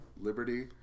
Liberty